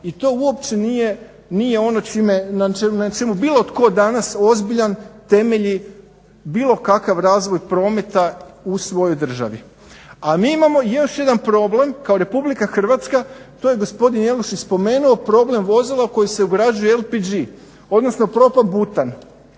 i to uopće nije ono na čemu bilo tko danas ozbiljan temelji bilo kakav razvoj prometa u svojoj državi. A mi imamo još jedan problem kao RH, to je gospodin Jelušić spomenuo, problem vozila u koja se ugrađuju LPG odnosno propan-butan.